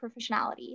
professionality